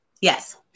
Yes